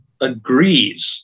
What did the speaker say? agrees